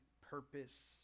purpose